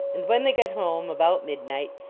and when they got home, about midnight,